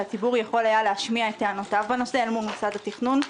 שהציבור יכול היה להשמיע את טענותיו בנושא אל מול מוסד התכנון.